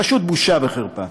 פשוט בושה וחרפה.